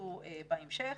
שיתווספו בהמשך.